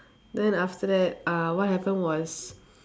then after that uh what happened was